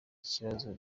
kibazo